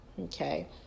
okay